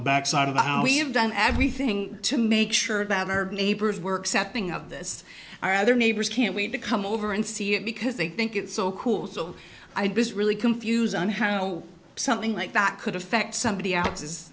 the back side of the house we have done everything to make sure about our neighbors work setting up this our other neighbors can't we become over and see it because they think it's so cool so i just really confused on how something like that could affect somebody else's